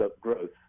growth